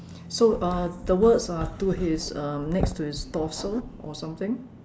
so uh the words are to his uh next to his torso or something